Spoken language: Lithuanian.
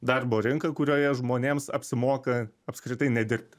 darbo rinką kurioje žmonėms apsimoka apskritai nedirbti